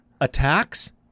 Attacks